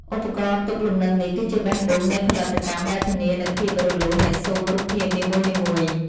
ឧបករណ៍ទប់លំនឹងនេះគឺជាបេះដូងនៃផលិតកម្មដែលធានានូវភាពរលូននៃស៊ុមរូបភាពនីមួយៗ។